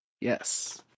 Yes